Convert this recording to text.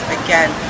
again